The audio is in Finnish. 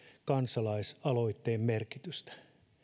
kansalaisaloitteen merkitystä